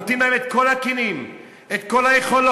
נותנים להם את כל הכלים, את כל היכולות.